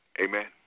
Amen